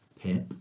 Pip